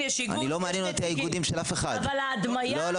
האיגודים של אף אחד.